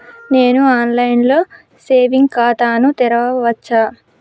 నేను online లో సేవింగ్ ఖాతా ను తెరవచ్చా?